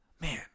Man